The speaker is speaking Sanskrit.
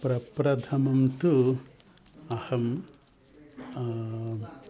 प्रप्रथमं तु अहं